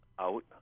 out